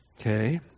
Okay